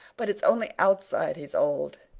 but it's only outside he's old.